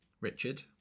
richard